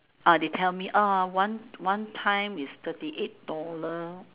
ah they tell me ah one one time is thirty eight dollar